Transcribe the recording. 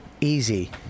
easy